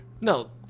No